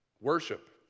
Worship